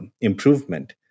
improvement